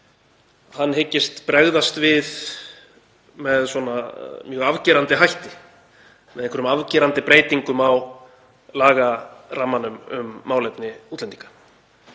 hann hyggist bregðast við með mjög afgerandi hætti, með afgerandi breytingum á lagarammanum um málefni útlendinga.